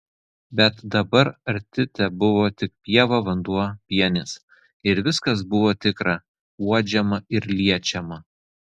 bet dabar arti tebuvo tik pieva vanduo pienės ir viskas buvo tikra uodžiama ir liečiama